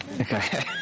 Okay